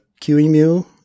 QEMU